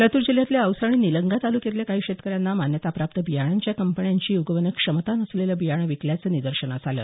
लातूर जिल्ह्यातल्या औसा आणि निलंगा तालुक्यातल्या काही शेतकऱ्यांना मान्यताप्राप्त बियाण्यांच्या कंपन्यांची उगवण क्षमता नसलेले बियाणे विकल्याचं निदर्शनास आलं